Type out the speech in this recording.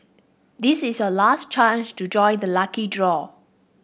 this is your last chance to join the lucky draw